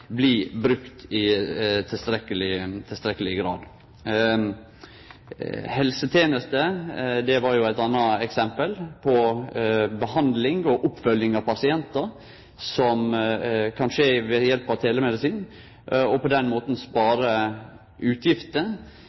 blir brukt i tilstrekkeleg grad. Helsetenester var eit anna eksempel på behandling og oppfølging av pasientar som kan skje ved hjelp av telemedisin, og på den måten kan ein spare utgifter,